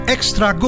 Extra